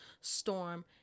storm